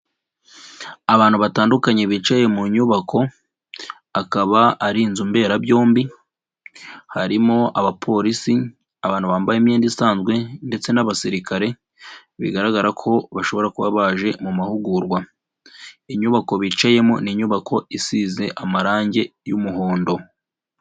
Abantu batandukanye bicaye mu nyubako, akaba ar'inzu mberabyombi, harimo abapolisi, abantu bambaye imyenda isanzwe ,ndetse n'abasirikare, bigaragara ko bashobora kuba baje mu mahugurwa ,inyubako bicayemo ni inyubako isize amarangi y'umuhondo.